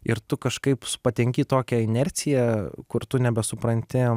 ir tu kažkaip patenki į tokią inerciją kur tu nebesupranti